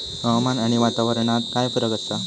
हवामान आणि वातावरणात काय फरक असा?